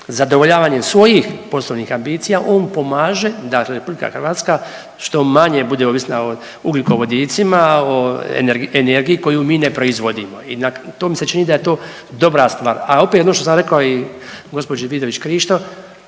zadovoljavanjem svojih poslovnih ambicija on pomaže da Republika Hrvatska što manje bude ovisna o ugljikovodicima, o energiji koju mi ne proizvodimo. I to mi se čini da je to dobra stvar. A opet ono što sam rekao i gospođi Vidović Krišto